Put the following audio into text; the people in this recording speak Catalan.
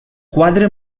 quadre